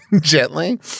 gently